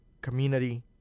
community